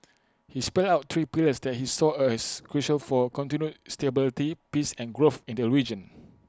he spelt out three pillars that he saw as crucial for continued stability peace and growth in the region